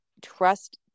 trust